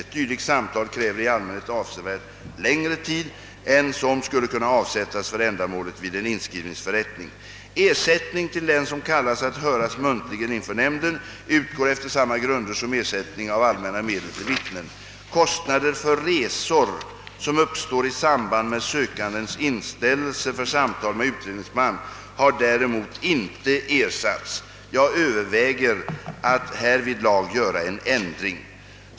Ett dylikt samtal kräver i allmänhet avsevärt längre tid än som skulle kunna avsättas för ändamålet vid en inskrivningsförrättning. Ersättning till den som kallas att höras muntligen inför nämnden utgår efter samma grunder som ersättning av allmänna medel till vittnen. Kostnader för resor som uppstår i samband med sökandens inställelse för samtal med utredningsman har däremot inte ersatts. Jag överväger att härvidlag göra en ändring.